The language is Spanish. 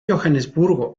johannesburgo